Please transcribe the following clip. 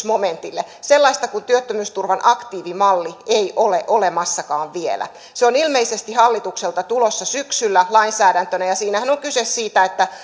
momentille sellaista kuin työttömyysturvan aktiivimalli ei ole olemassakaan vielä se on ilmeisesti hallitukselta tulossa syksyllä lainsäädäntönä ja siinähän on kyse siitä että